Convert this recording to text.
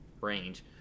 range